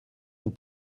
nous